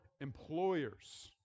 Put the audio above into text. employers